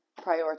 prioritize